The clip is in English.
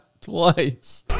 twice